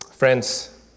Friends